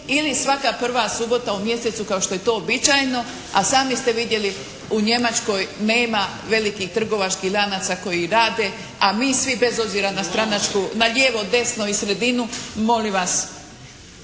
ili svaka prva subota u mjesecu kao što je to uobičajeno, a sami ste vidjeli u Njemačkoj nema velikih trgovačkih lanaca koji rade a mi svi bez obzira na stranačku, na lijevo, desno i sredinu. Molim vas,